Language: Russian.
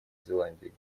зеландии